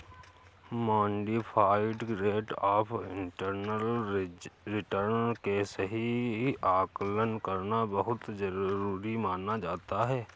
modified rate of internal return के सही आकलन करना बहुत जरुरी माना जाता है